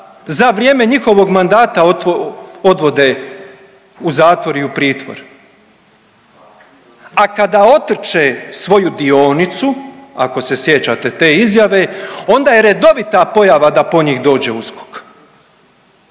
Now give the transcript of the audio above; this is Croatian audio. za vrijeme njihovog mandata odvode u zatvor i u pritvor, a kada otrče svoju dionicu, ako se sjećate te izjave, onda je redovita pojava da po njih dođe USKOK.